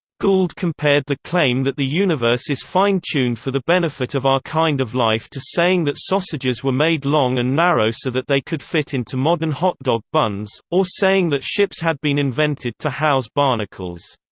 gould compared the claim that the universe is fine-tuned for the benefit of our kind of life to saying that sausages were made long and narrow so that they could fit into modern hotdog buns, or saying that ships had been invented to house barnacles.